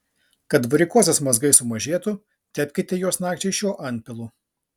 kad varikozės mazgai sumažėtų tepkite juos nakčiai šiuo antpilu